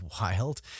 wild